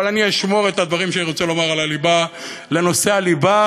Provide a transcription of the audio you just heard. אבל אני אשמור את הדברים שאני רוצה לומר על הליבה לנושא הליבה.